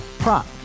Prop